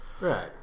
right